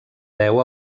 deu